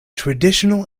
traditional